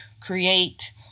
create